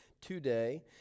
today